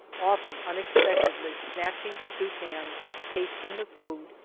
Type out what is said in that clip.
often unexpectedly snatching stew pans, tasting the food,